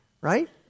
right